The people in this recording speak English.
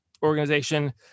organization